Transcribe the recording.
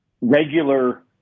regular